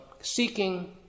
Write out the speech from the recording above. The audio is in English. seeking